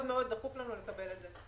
מאוד דחוף לנו לקבל את זה.